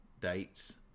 dates